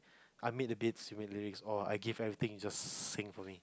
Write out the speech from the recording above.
I made the beats you make the lyrics or I give everything you just sing for me